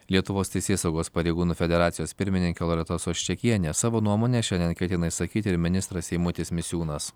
lietuvos teisėsaugos pareigūnų federacijos pirmininkė loreta soščekienė savo nuomonę šiandien ketina išsakyti ir ministras eimutis misiūnas